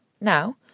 Now